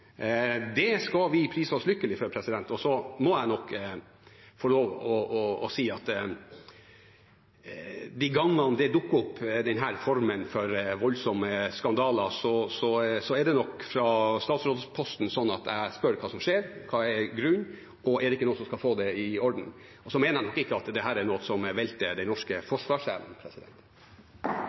Det skal vi prise oss lykkelige for. Så må jeg få lov til å si at de gangene disse formene for voldsomme skandaler dukker opp, spør jeg fra statsrådsposten hva som skjer, hva som er grunnen, og om det ikke er noe som kan få det i orden. Jeg mener nok ikke at dette er noe som velter den norske forsvarsevnen.